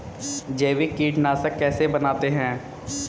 जैविक कीटनाशक कैसे बनाते हैं?